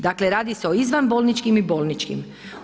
Dakle, radi se izvanbolničkim i bolničkim.